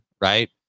right